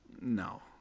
No